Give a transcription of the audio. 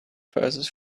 verses